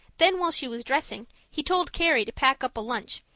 then while she was dressing, he told carrie to pack up a lunch,